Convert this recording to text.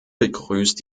begrüßt